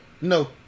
No